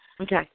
Okay